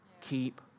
Keep